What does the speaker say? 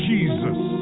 Jesus